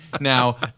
Now